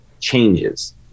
changes